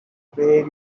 perry